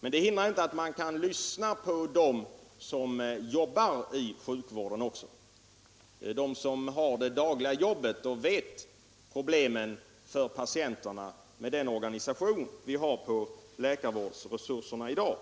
Men det hindrar inte att man också kan lyssna på dem som arbetar inom sjukvården, på dem som sköter det dagliga arbetet och känner patienternas problem med den organisation läkarvården har i dag.